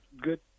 good